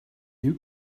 you